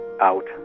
out